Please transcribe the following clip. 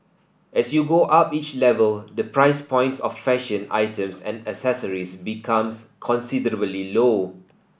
as you go up each level the price point of fashion items and accessories becomes considerably low